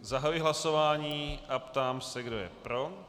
Zahajuji hlasování a ptám se, kdo je pro.